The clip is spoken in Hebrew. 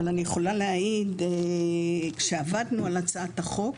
אבל אני יכולה להעיד כשעבדנו על הצעת החוק,